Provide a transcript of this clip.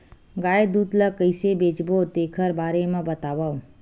गाय दूध ल कइसे बेचबो तेखर बारे में बताओ?